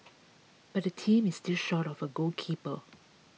but the team is still short of a goalkeeper